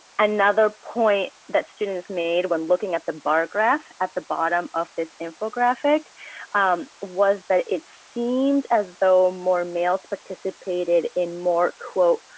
another point that students made when looking at the bar graph at the bottom of this info graphic was that it seemed as though more males participated in more, quote,